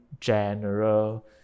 general